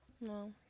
No